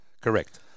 Correct